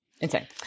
insane